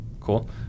Cool